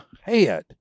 head